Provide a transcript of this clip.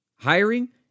Hiring